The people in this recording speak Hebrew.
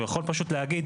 הוא יכול פשוט להגיד,